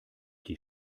die